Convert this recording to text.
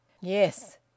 yes